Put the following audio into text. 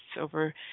over